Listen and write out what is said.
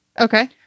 Okay